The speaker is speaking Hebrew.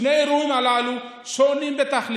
שני האירועים הללו שונים בתכלית,